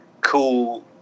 cool